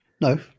No